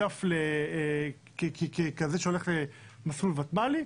ככזה שהולך למסלול ותמ"לי,